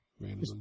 Random